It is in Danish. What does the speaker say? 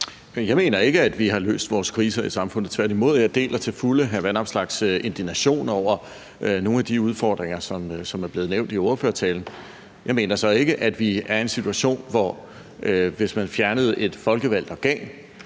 Jeg mener ikke, at vi har løst vores kriser i samfundet, tværtimod. Jeg deler til fulde hr. Alex Vanopslaghs indignation over nogle af de udfordringer, som er blevet nævnt i ordførertalen. Jeg mener så ikke, at vi er i en situation, hvor man, hvis man fjernede et folkevalgt organ,